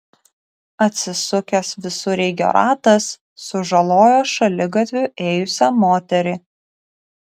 atsisukęs visureigio ratas sužalojo šaligatviu ėjusią moterį